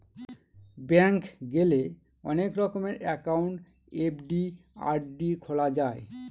bank গেলে অনেক রকমের একাউন্ট এফ.ডি, আর.ডি খোলা যায়